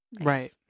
Right